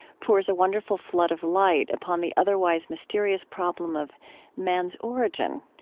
pours a wonderful flood of light upon the otherwise mysterious problem of man's origin.